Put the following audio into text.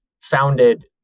founded